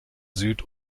süd